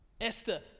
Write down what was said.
Esther